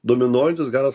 dominuojantis garas